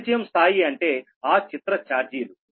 పరిచయం స్థాయి అంటే ఆ చిత్ర ఛార్జీలు